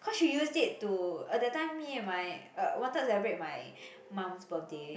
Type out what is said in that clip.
cause she used it to uh that time me and my uh wanted to celebrate my mum's birthday